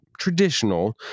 traditional